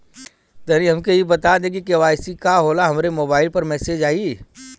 तनि हमके इ बता दीं की के.वाइ.सी का होला हमरे मोबाइल पर मैसेज आई?